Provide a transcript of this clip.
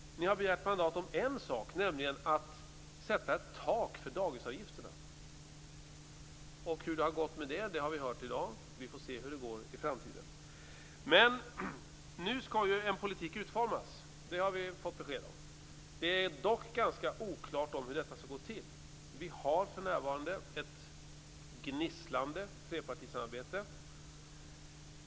Ni har begärt mandat om att sätta ett tak för dagisavgifterna. Vi har hört hur det har gått med det i dag. Vi får se hur det går i framtiden. Nu skall en politik utformas. Det har vi fått besked om. Det är dock ganska oklart hur det skall gå till. Vi har för närvarande ett gnisslande trepartisamarbete.